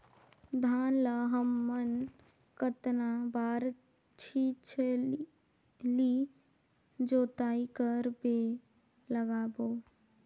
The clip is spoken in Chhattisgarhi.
धान ला हमन कतना बार छिछली जोताई कर के लगाबो?